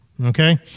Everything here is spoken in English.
Okay